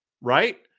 Right